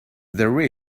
there